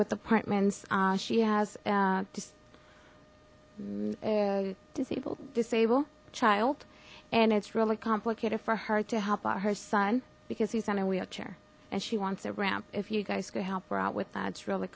with apartments she has just disabled disabled child and it's really complicated for her to help out her son because he's in a wheelchair and she wants it ramp if you guys could help her out with that it's really